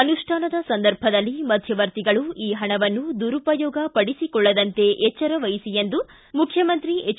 ಅನುಷ್ಠಾನದ ಸಂದರ್ಭದಲ್ಲಿ ಮಧ್ಯವರ್ಟಿಗಳು ಈ ಪಣವನ್ನು ದುರುಪಯೋಗ ಪಡಿಸಿಕೊಳ್ಳದಂತೆ ಎಚ್ಚರ ವಹಿಸಿ ಎಂದು ಮುಖ್ಯಮಂತ್ರಿ ಹೆಚ್